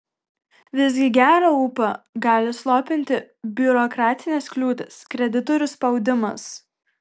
visgi gerą ūpą gali slopinti biurokratinės kliūtys kreditorių spaudimas